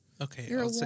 Okay